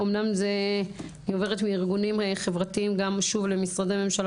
אמנם אני עוברת מארגונים חברתיים למשרדי ממשלה.